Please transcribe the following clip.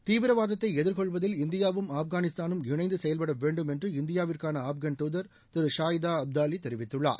தீவிரவாதத்தை எதிர்கொள்வதில் இந்தியாவும் ஆப்கானிஸ்தான் இணைந்து செயல்பட வேண்டும் என்று இந்தியாவுக்கான ஆப்கான் தூதர் ஷாயிதா அப்தாலி தெரிவித்துள்ளார்